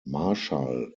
marshall